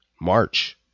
March